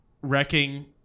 wrecking